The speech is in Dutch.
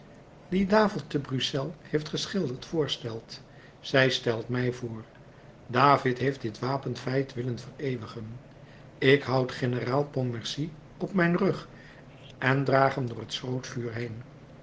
die david te burqueselles brussel heeft geschilderd voorstelt zij stelt mij voor david heeft dit wapenfeit willen vereeuwigen ik houd generaal pontmercy op mijn rug en draag hem door het schrootvuur heen